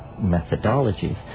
methodologies